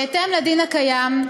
בהתאם לדין הקיים,